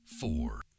Four